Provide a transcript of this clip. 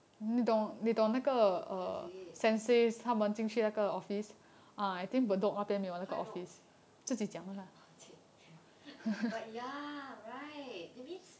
oh is it how you know oh !chey! but ya right that means